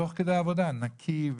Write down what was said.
הכול נקי.